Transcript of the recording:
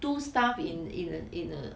two staff in in a in a